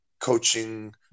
coaching